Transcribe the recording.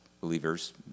believers